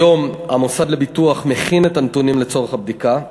כיום המוסד לביטוח מכין את הנתונים לצורך הבדיקה,